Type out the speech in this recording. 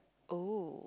oh